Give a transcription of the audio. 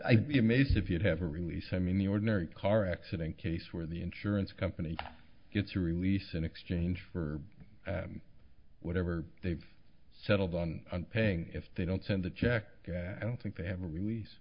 i'd be amazed if you'd have a release i mean the ordinary car accident case where the insurance company gets a release in exchange for whatever they've settled on paying if they don't send the check and think they have a release